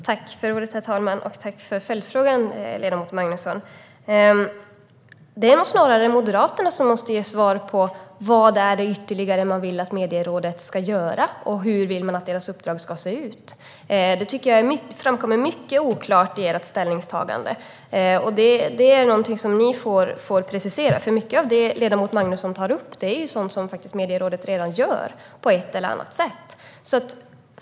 Herr talman! Tack för följdfrågan, ledamot Magnusson! Det är nog snarare Moderaterna som måste ge svar på vad ytterligare man vill att Medierådet ska göra och hur man vill att dess uppdrag ska se ut. Det tycker jag är mycket oklart i ert ställningstagande. Det är någonting som ni får precisera, för mycket av det ledamot Magnusson tar upp är ju sådant som Medierådet på ett eller annat sätt redan gör.